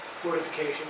fortification